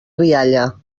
rialla